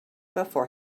before